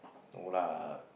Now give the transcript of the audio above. no lar